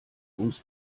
ums